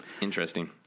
Interesting